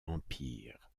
empire